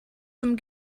zum